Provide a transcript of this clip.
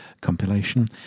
compilation